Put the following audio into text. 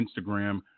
Instagram